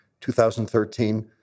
2013